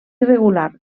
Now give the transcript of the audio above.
irregular